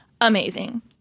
Amazing